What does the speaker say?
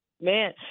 man